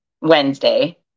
Wednesday